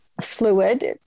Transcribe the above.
fluid